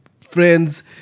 friends